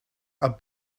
are